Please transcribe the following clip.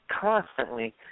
constantly